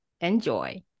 Enjoy